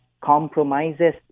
compromises